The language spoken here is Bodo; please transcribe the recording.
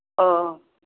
अह